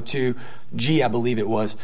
two g i believe it was